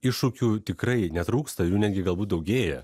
iššūkių tikrai netrūksta jų netgi galbūt daugėja